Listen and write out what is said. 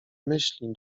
myśli